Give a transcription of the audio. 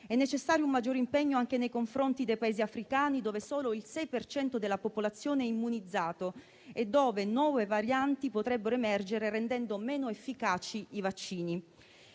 È necessario un maggiore impegno anche nei confronti dei Paesi africani, dove solo il 6 per cento della popolazione è immunizzato e dove nuove varianti potrebbero emergere rendendo meno efficaci i vaccini.